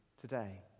today